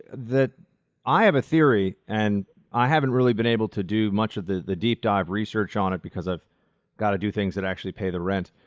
i have a theory and i haven't really been able to do much of the the deep-dive research on it because i've gotta do things that actually pay the rent,